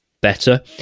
better